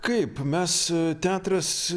kaip mes teatras